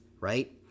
right